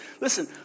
listen